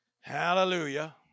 Hallelujah